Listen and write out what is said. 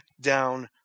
down